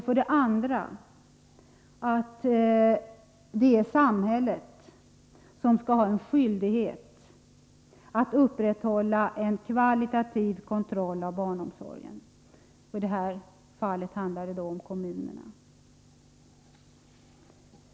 För det andra är det samhället som har skyldighet att upprätthålla en kvalitativ kontroll av barnomsorgen. I det här fallet handlar det om kommunerna.